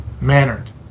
mannered